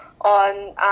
on